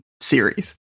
series